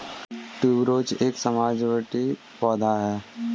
tuberose एक सजावटी पौधा है